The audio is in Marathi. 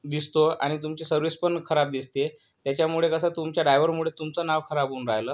दिसतोय आणि तुमची सर्व्हिस पण खराब दिसतेय त्याच्यामुळे कसं तुमच्या ड्रायव्हरमुळे तुमचं नाव खराब होऊन राहिलं